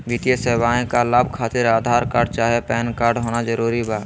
वित्तीय सेवाएं का लाभ खातिर आधार कार्ड चाहे पैन कार्ड होना जरूरी बा?